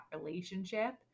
relationship